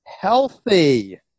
healthy